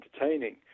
entertaining